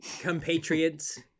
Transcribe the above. compatriots